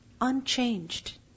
unchanged